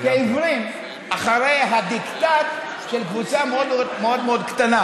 כעיוורים אחרי הדיקטט של קבוצה מאוד מאוד קטנה.